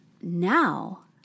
now